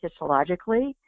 histologically